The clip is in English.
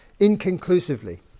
inconclusively